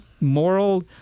moral